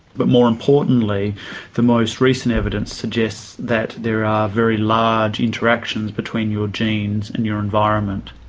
but more importantly the most recent evidence suggests that there are very large interactions between your genes and your environment.